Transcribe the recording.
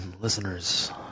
listeners